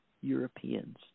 Europeans